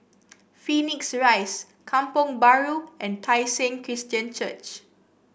Phoenix Rise Kampong Bahru and Tai Seng Christian Church